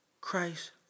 Christ